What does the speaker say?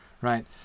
right